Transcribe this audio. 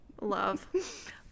Love